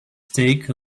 take